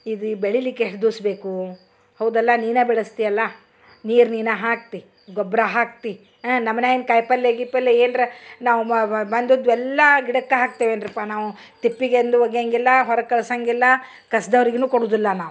ಇದೀಗೆ ಬೆಳೆಲಿಕ್ಕೆ ಎಷ್ಟು ದಿವ್ಸ ಬೇಕು ಹೌದಲ್ಲ ನೀನ ಬಿಡಿಸ್ತಿಯಲ್ಲ ನೀರು ನೀನು ಹಾಕ್ತಿ ಗೊಬ್ಬರ ಹಾಕ್ತಿ ನಮ್ಮನ್ಯಾಗಿನ ಕಾಯ್ಪಲ್ಯೆ ಗಿಪಲ್ಯೆ ಏನ್ರ ನಾವು ಮ ಮ ಬಂದುದು ಎಲ್ಲಾ ಗಿಡಕ್ಕ ಹಾಕ್ತೆವೇನರಪ್ಪ ನಾವು ತಿಪ್ಪಿಗೆಂದು ಒಗ್ಯಾಂಗಿಲ್ಲ ಹೊರ್ಗ ಕಳ್ಸಂಗಿಲ್ಲ ಕಸ್ದವರಿಗೂನು ಕೊಡುದಿಲ್ಲ ನಾವು